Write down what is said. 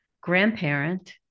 grandparent